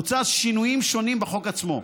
הוצעו שינויים שונים בחוק עצמו.